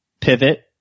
Pivot